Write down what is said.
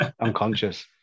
unconscious